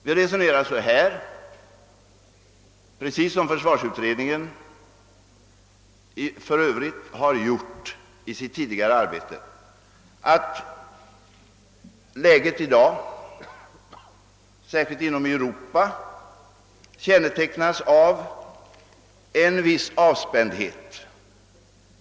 Vi resone rar — för Övrigt precis som försvarsutredningen har gjort i sitt tidigare arbete — så, att läget i dag, särskilt i Europa, kännetecknas av en viss avspändhet.